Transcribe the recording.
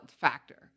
factor